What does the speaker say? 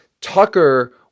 tucker